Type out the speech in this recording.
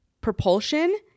propulsion